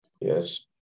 Yes